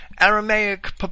aramaic